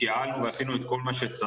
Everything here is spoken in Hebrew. אנחנו התייעלנו ועשינו את כל מה שצריך